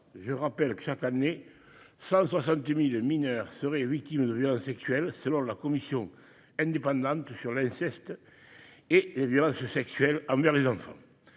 Je rappelle que chaque année, 170.000 mineurs seraient victimes de violences sexuelles, selon la commission indépendante sur l'inceste. Et les violences sexuelles envers les enfants.